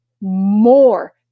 more